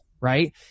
right